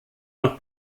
nach